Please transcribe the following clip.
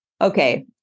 Okay